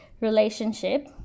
relationship